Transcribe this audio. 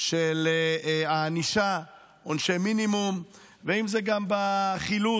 של הענישה, עונשי מינימום, ואם זה גם בחילוט,